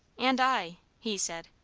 and i, he said.